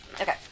Okay